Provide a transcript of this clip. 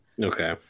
Okay